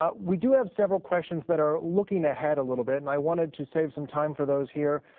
ah we do have several questions that are looking ahead a little bit and i wanted to save some time for those here.